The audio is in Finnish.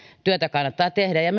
työtä kannattaa tehdä ja